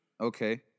Okay